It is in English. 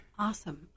Awesome